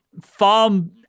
farm